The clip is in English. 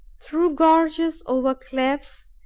through gorges, over cliffs,